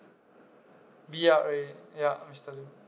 B R A ya mister lim